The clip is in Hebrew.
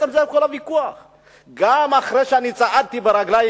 גם אחרי שאני צעדתי ברגליים,